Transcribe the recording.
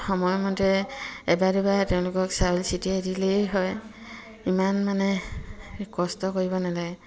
সময়মতে এবাৰ দুবাৰ তেওঁলোকক চাউল ছটিয়াই দিলেই হয় ইমান মানে কষ্ট কৰিব নালাগে